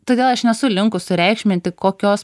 todėl aš nesu linkusi sureikšminti kokios